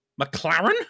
McLaren